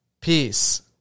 Peace